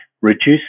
reduce